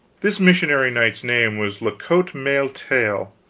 this missionary knight's name was la cote male taile,